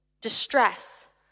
distress